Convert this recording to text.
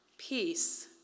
Peace